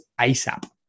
ASAP